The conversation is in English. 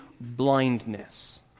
blindness